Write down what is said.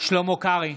שלמה קרעי,